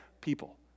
people